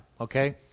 Okay